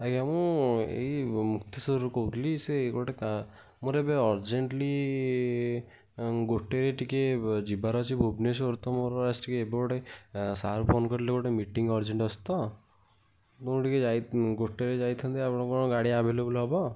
ଆଜ୍ଞା ମୁଁ ଏଇ ମୁକ୍ତେଶ୍ଵରରୁ କହୁଥିଲି ସେ ଗୋଟେ ମୋର ଏବେ ଅରଜେଣ୍ଟଲି ଗୋଟେ ଟିକେ ଯିବାର ଅଛି ଭୁବନେଶ୍ୱର ତ ମୋର ଆଜି ଟିକେ ଏବେ ଗୋଟେ ସାର୍ ଫୋନ୍ କରିଥିଲେ ଗୋଟେ ମିଟିଙ୍ଗ୍ ଅରଜେଣ୍ଟ୍ ଅଛି ତ ମୁଁ ଟିକେ ଗୋଟେରେ ଯାଇଥାନ୍ତି ଆପଣଙ୍କ କ'ଣ ଗାଡ଼ି ଆଭଲେବୁଲ୍ ହବ